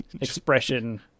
expression